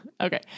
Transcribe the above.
Okay